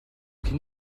can